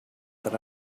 that